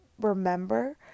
remember